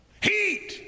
Heat